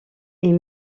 est